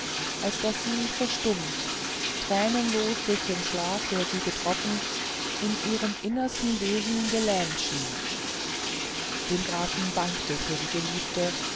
als daß sie verstummt tränenlos durch den schlag der sie getroffen in ihrem innersten wesen gelähmt schien dem grafen bangte für die geliebte